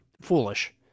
foolish